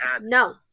no